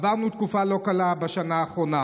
עברנו תקופה לא קלה בשנה האחרונה,